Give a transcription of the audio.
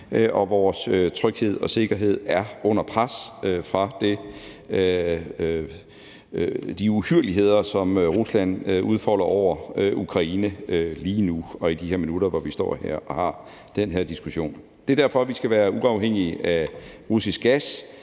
og vores tryghed og sikkerhed er under pres fra de uhyrligheder, som Rusland udfolder over for Ukraine lige nu – i de her minutter – hvor vi står her og har den her diskussion. Det er derfor, vi skal være uafhængige af russisk gas